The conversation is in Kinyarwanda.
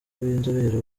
b’inzobere